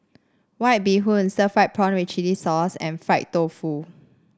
White Bee Hoon Stir Fried Prawn with Chili Sauce and Fried Tofu